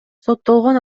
соттолгон